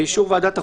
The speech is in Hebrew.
ובאישור ועדת החוקה,